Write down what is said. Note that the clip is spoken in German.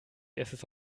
erstes